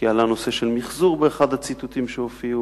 כי עלה הנושא של מיחזור באחד הציטוטים שהופיעו,